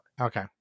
Okay